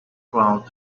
grout